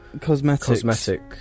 Cosmetic